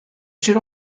should